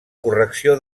correcció